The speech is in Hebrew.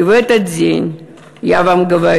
(אומרת מילים בשפה